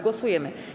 Głosujemy.